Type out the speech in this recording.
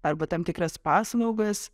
arba tam tikras paslaugas